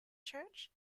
church